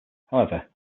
however